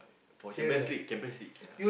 for Champions League Champions League ya